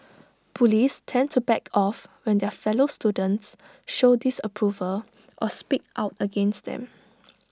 bullies tend to back off when their fellow students show disapproval or speak out against them